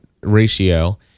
ratio